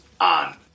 on